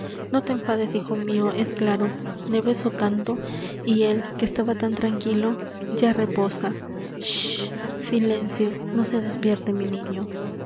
no te enfades hijo mio es claro le beso tanto y él que estaba tan tranquilo ya reposa chist silencio no se despierte mi niño